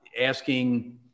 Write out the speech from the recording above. asking